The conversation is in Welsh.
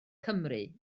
cymru